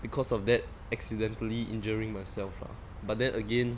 because of that accidentally injuring myself lah but then again